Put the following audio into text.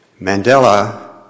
Mandela